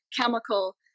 chemical